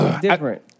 different